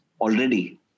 already